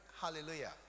hallelujah